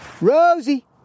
Rosie